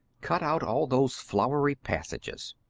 cut out all those flowery passages,